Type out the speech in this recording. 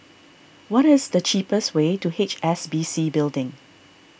what is the cheapest way to H S B C Building